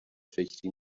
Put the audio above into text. فکری